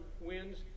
winds